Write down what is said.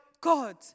God